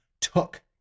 took